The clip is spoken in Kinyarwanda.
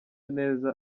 neza